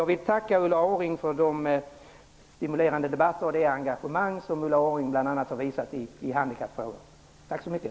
Jag vill tacka Ulla Orring för de stimulerande debatter och det engagemang som Ulla Orring har visat i bl.a. handikappfrågor. Tack så mycket!